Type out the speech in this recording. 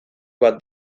bat